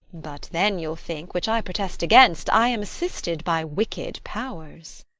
but then you'll think which i protest against i am assisted by wicked powers.